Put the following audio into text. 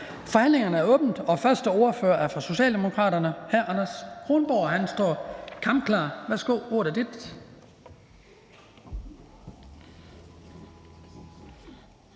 Forhandlingen er åbnet, og den første ordfører er fra Socialdemokraterne hr. Anders Kronborg, som står kampklar. Værsgo. Kl.